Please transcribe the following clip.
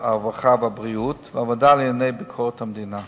הרווחה והבריאות ובוועדה לענייני ביקורת המדינה.